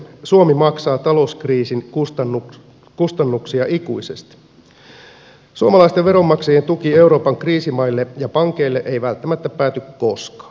suomi maksaa talouskriisin kustannuksia ikuisesti suomalaisten veronmaksajien tuki euroopan kriisimaille ja pankeille ei välttämättä pääty koskaan